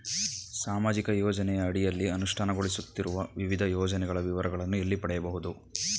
ಸಾಮಾಜಿಕ ಯೋಜನೆಯ ಅಡಿಯಲ್ಲಿ ಅನುಷ್ಠಾನಗೊಳಿಸುತ್ತಿರುವ ವಿವಿಧ ಯೋಜನೆಗಳ ವಿವರಗಳನ್ನು ಎಲ್ಲಿ ಪಡೆಯಬಹುದು?